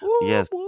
Yes